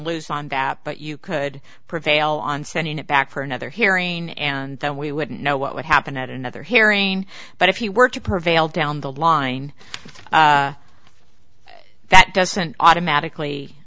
lose on that but you could prevail on sending it back for another hearing and then we wouldn't know what would happen at another hearing but if you were to prevail down the line that doesn't automatically